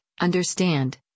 understand